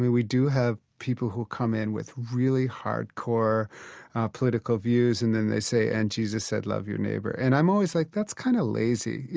we we do have people who come in with really hard-core political views and then they say, and jesus said love your neighbor. and i'm always like that's kind of lazy. you